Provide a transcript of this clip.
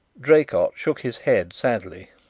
draycott shook his head sadly.